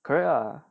correct lah